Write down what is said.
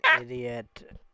idiot